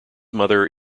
mother